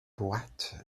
boîte